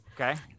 Okay